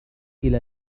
إلى